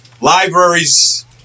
libraries